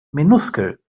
minuskel